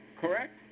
correct